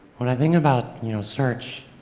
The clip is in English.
when i think about you know search,